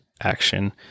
action